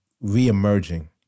re-emerging